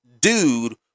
dude